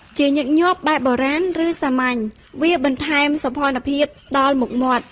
ជាញឹកញាប់បែបបុរាណ ឬសាមញ្ញ វាបន្ថែមសោភ័ណភាពដល់មុខមាត់។